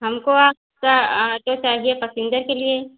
हमको आपका आटो चाहिए पसिन्जर के लिए